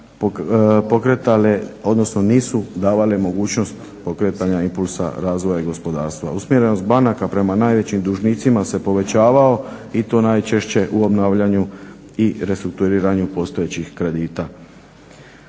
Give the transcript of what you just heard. nisu davale mogućnost pokretanja impulsa razvoja i gospodarstva. Usmjerenost banaka prema najvećim dužnicima se povećavao i to najčešće u obnavljaju i restrukturiranju postojećih kredita.